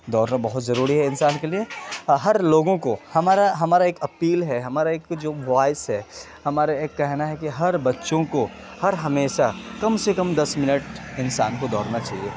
دوڑنا بہت ضروری ہے انسان کے لیے ہر لوگوں کو ہمارا ہمارا ایک اپیل ہے ہمارا ایک جو وائس ہے ہمارا ایک کہنا ہے کہ ہر بچوں کو ہر ہمیشہ کم سے کم دس منٹ انسان کو دوڑنا چاہیے